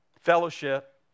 Fellowship